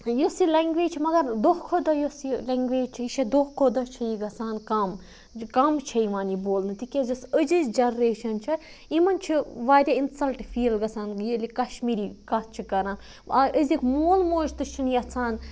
یۄس یہِ لنٛگویج چھِ مگر دۄہ کھۄتہٕ دۄہ یُس یہِ لنٛگویج چھےٚ یہِ چھےٚ دۄہ کھۄتہٕ دۄہ چھےٚ یہِ گژھان کَم کَم چھےٚ یِوان یہِ بولنہٕ تِکیٛازِ یُس أزِچ جَنریشَن چھےٚ یِمَن چھِ واریاہ اِنسَلٹ فیٖل گژھان ییٚلہِ یہِ کشمیٖری کَتھ چھِ کَران آ أزِکۍ مول موج تہِ چھُنہٕ یَژھان